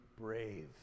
brave